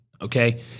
okay